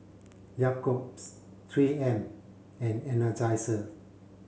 Jacob's three M and Energizer